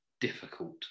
difficult